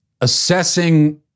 assessing